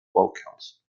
vocals